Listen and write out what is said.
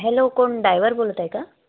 hello कोण driver बोलत आहे का